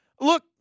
Look